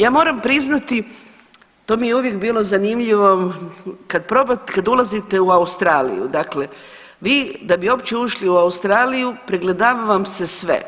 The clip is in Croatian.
Ja moram priznati to mi je uvijek bilo zanimljivo kad ulazite u Australiji dakle, vi da bi uopće ušli u Australiju pregledava vam se sve.